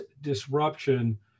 disruption